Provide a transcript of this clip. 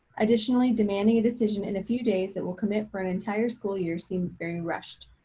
additionally demanding a decision in a few days that will commit for an entire school year seems very rushed.